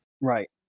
Right